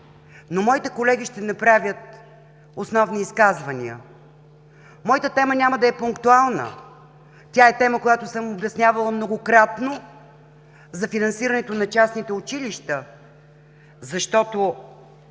Моите колеги ще направят основни изказвания и моята тема няма да е пунктуална. Тя е тема, която съм обяснявала многократно, за финансирането на частните училища, защото